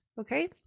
okay